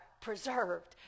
preserved